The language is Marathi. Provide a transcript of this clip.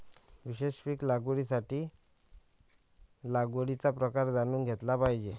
विशेष पीक लागवडीसाठी लागवडीचा प्रकार जाणून घेतला पाहिजे